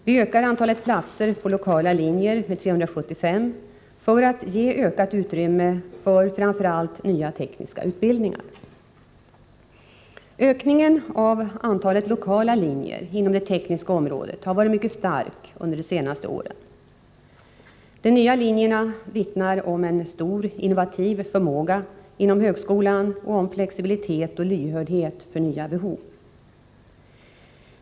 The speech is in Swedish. Vi ökar antalet platser på lokala linjer med 375 för att ge ökat utrymme för framför allt nya tekniska utbildningar. Ökningen av antalet lokala linjer inom det tekniska området har varit mycket stark de senaste åren. De nya linjerna vittnar om en stor innovativ förmåga inom högskolan och om flexibilitet och lyhördhet för nya behov.